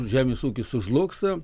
žemės ūkis sužlugs